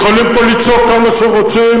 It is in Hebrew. יכולים פה לצעוק כמה שרוצים,